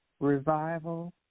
Revival